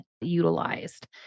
utilized